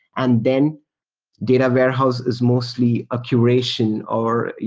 and then data warehouse is mostly a curation or